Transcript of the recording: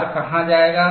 भार कहां जाएगा